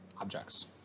objects